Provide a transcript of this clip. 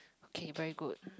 okay very good